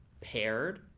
paired